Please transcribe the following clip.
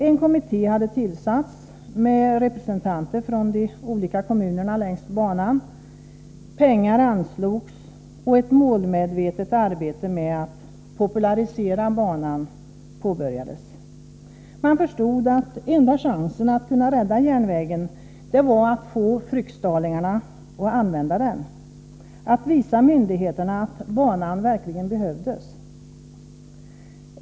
En kommitté hade tillsatts med representanter för de olika kommunerna längs banan, pengar anslogs och ett målmedvetet arbete med att popularisera banan påbörjades. Man förstod att enda chansen att rädda järnvägen var att få fryksdalingarna att använda den — att visa myndigheterna att banan verkligen behövdes.